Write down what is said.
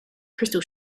crystal